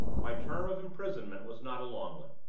my term of imprisonment was not a long one.